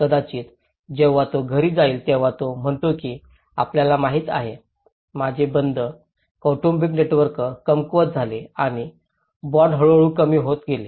कदाचित जेव्हा तो घरी जाईल तेव्हा तो म्हणतो की आपल्याला माहिती आहे माझे बंध कौटुंबिक नेटवर्क कमकुवत झाले आणि बॉन्ड हळूहळू कमी होत गेले